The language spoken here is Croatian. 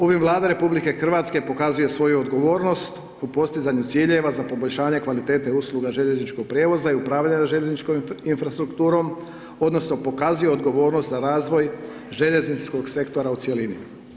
Ovim Vlada RH pokazuje svoju odgovornost u postizanju ciljeva za poboljšanje kvalitete usluga željezničkog prijevoza i upravljanja željezničkom infrastrukturom odnosno pokazuje odgovornost za razvoj željezničkog sektora u cjelini.